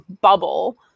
bubble